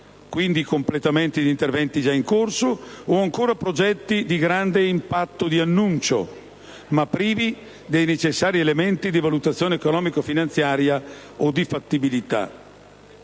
ovvero completamenti di interventi già in corso o, ancora, progetti di grande impatto di annuncio, ma privi dei necessari elementi di valutazione economico-finanziaria o di fattibilità.